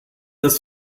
ist